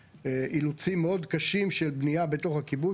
ואילוצים מאוד קשים של בנייה בתוך הקיבוץ,